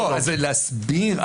זה להסביר.